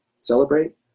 celebrate